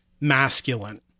masculine